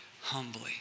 humbly